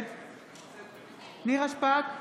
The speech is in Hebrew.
נגד נירה שפק,